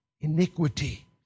iniquity